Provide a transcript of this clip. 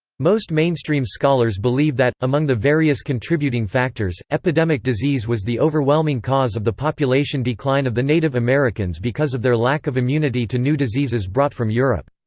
most mainstream scholars believe that, among the various contributing factors, epidemic disease was the overwhelming cause of the population decline of the native americans because of their lack of immunity to new diseases brought from europe.